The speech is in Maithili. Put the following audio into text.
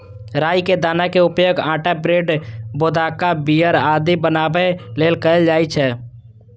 राइ के दाना के उपयोग आटा, ब्रेड, वोदका, बीयर आदि बनाबै लेल कैल जाइ छै